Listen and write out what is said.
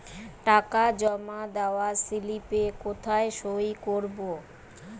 টাকা জমা দেওয়ার স্লিপে কোথায় সই করব?